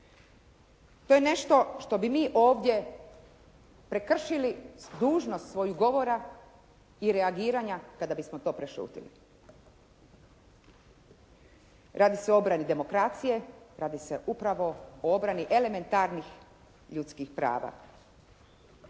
To je nešto što bi mi ovdje prekršili dužnost svojih govora i reagiranja kada bismo to prešutjeli. Radi se o obrani demokracije, radi se upravo o obrani elementarnih ljudskih prava.